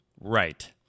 Right